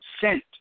sent